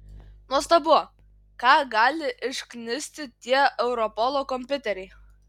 nuostabu ką gali išknisti tie europolo kompiuteriai